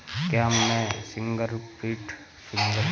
क्या मैं फ़िंगरप्रिंट का उपयोग करके पैसे निकाल सकता हूँ?